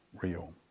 real